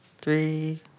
three